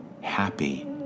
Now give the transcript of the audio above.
happy